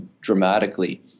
dramatically